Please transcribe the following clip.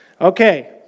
Okay